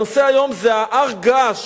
הנושא היום זה הר הגעש.